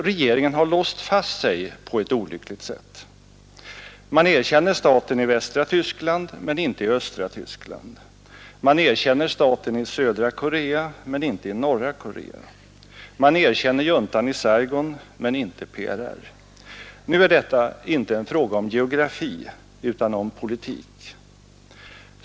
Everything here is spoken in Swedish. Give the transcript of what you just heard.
Regeringen har låst fast sig på ett olyckligt sätt. Man erkänner staten i västra Tyskland men inte i östra Tyskland. Man erkänner staten i södra Korea men inte i norra Korea. Man erkänner juntan i Saigon men inte PRR. Nu är detta inte en fråga om geografi utan om politik.